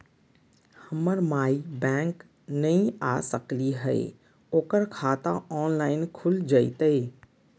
हमर माई बैंक नई आ सकली हई, ओकर खाता ऑनलाइन खुल जयतई?